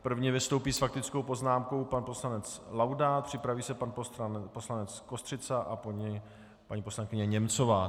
První vystoupí s faktickou poznámkou pan poslanec Laudát, připraví se pan poslanec Kostřica a po něm paní poslankyně Němcová.